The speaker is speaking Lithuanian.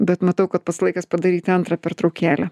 bet matau kad pats laikas padaryti antrą pertraukėlę